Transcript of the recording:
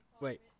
Wait